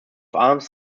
arms